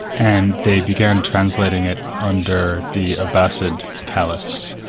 and they began translating it under the abbasid caliphs,